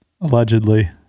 Allegedly